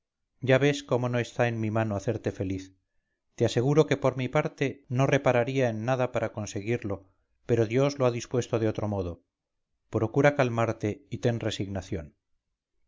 ya ves cómo no está en mi mano hacerte feliz te aseguro que por mi parte no repararía en nada para conseguirlo pero dios lo ha dispuesto de otro modo procura calmarte y ten resignación